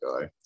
guy